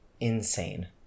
insane